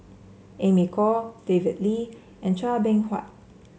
Amy Khor David Lee and Chua Beng Huat